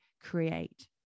create